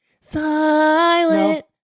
silent